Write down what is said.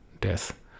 death